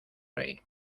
rey